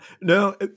no